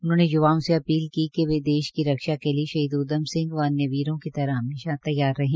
उन्होंने य्वाओं से अपील की कि वे देश की रक्षा के लिए शहीद उद्यम सिंह व अन्य वीरों तरह हमेशा तैयार रहें